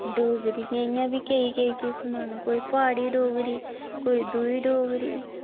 डोगरी दियां बी केईं केईं किस्मां न कोई प्हाड़ी डोगरी कोई दूई डोगरी